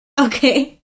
Okay